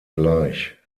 gleich